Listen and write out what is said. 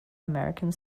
american